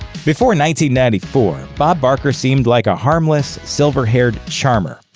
before ninety ninety four bob barker seemed like a harmless silver-haired charmer.